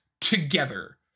together